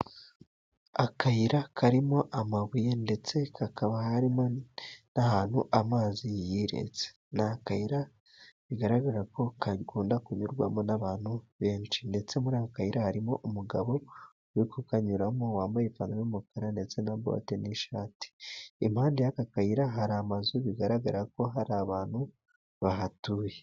Akayira karimo amabuye ndetse hakaba harimo n'ahantu amazi yiretse. Ni akayira bigaragara ko kakunda kunyurwamo n'abantu benshi ,ndetse muri aka kayira harimo umugabo uri kukanyuramo wambaye ipantaro y' uyumukara ndetse na bote n'ishati . Impande y'aka kayira hari amazu bigaragara ko hari abantu bahatuye.